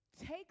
Take